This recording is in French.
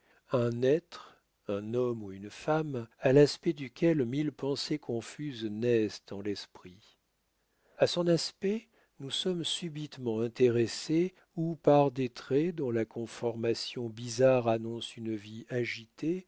un être un homme ou femme à l'aspect duquel mille pensées confuses naissent en l'esprit a son aspect nous sommes subitement intéressés ou par des traits dont la conformation bizarre annonce une vie agitée